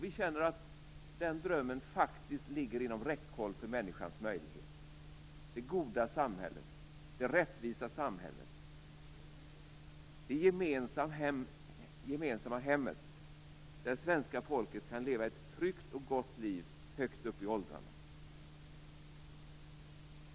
Vi känner att den drömmen faktiskt ligger inom räckhåll för människans möjligheter - det goda samhället, det rättvisa samhället, det gemensamma hemmet där svenska folket kan leva ett tryggt och gott liv högt upp i åldrarna.